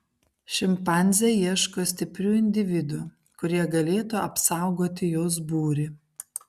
šimpanzė ieško stiprių individų kurie galėtų apsaugoti jos būrį